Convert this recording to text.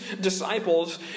disciples